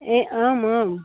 यह आम आम